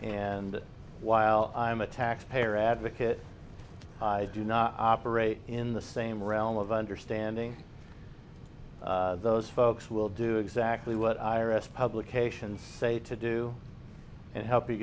and while i am a taxpayer advocate i do not operate in the same realm of understanding those folks will do exactly what i rest publications say to do and help you